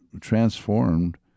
transformed